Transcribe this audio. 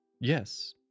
Yes